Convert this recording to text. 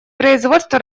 производства